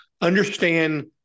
understand